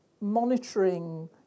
monitoring